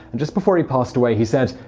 and just before he passed away, he said,